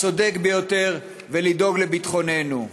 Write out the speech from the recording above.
הצודק ביותר ולדאוג לביטחוננו?